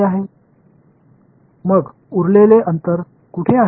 எனவே மீதமுள்ள இடைவெளி எங்கே